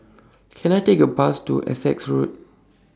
Can I Take A Bus to Essex Road